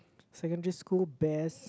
secondary school best